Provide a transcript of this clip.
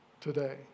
today